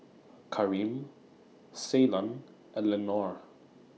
Kareem Ceylon and Lenore